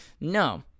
no